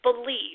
Believe